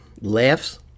Laughs